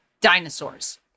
Dinosaurs